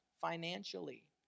financially